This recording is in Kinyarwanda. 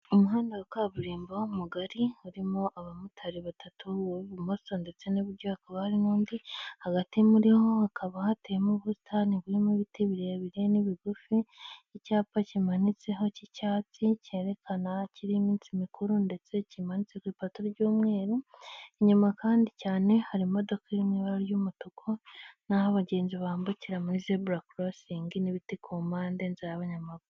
Umuhanda wa kaburimbo mugari urimo abamotari batatu, uw'ibumoso ndetse n'iburyo hakaba hari n'undi, hagati muri ho hakaba hateyemo ubusitani burimo ibiti birebire n'ibigufi, icyapa kimanitseho cy'icyatsi cyerekana kiriho iminsi mikuru ndetse kimanitse ku ipoto ry'umweru, inyuma kandi cyane hari imodoka iri mu ibara ry'umutuku n'aho abagenzi bambukira muri zebura korosingi n'ibiti ku mpande n'inzira y'abanyamaguru.